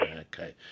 Okay